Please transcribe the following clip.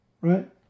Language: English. right